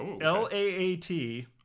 L-A-A-T